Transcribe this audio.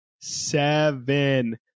seven